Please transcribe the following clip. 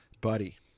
Buddy